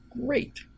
great